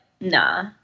nah